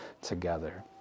together